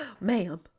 ma'am